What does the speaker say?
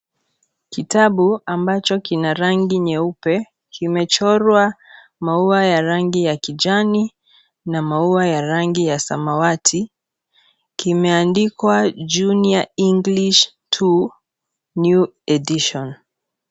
Kitabu ambacho kina rangi nyeupe. Kimechorwa maua ya rangi ya kijani na maua ya rangi ya samawati. Kimeandikwa junior english two new edition .